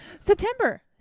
September